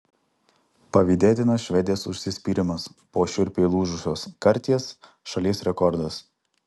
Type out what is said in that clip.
pavydėtinas švedės užsispyrimas po šiurpiai lūžusios karties šalies rekordas